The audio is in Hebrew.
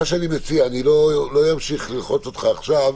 מה שאני מציע, לא אמשיך ללחוץ אותך עכשיו,